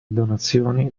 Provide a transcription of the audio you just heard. donazioni